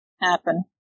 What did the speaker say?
happen